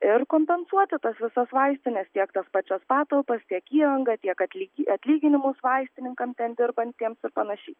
ir kompensuoti tas visas vaistines tiek tas pačias patalpas tiek įrangą tiek atlyginimus vaistininkam ten dirbantiems ir panašiai